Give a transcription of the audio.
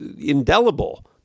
indelible